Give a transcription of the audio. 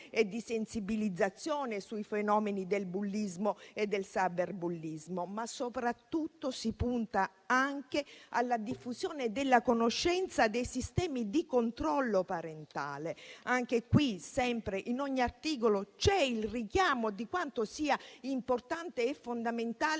e di sensibilizzazione dei fenomeni del bullismo e del cyberbullismo, ma soprattutto si punta alla diffusione della conoscenza dei sistemi di controllo parentale. Anche su questo, in ogni articolo c'è il richiamo a quanto sia fondamentale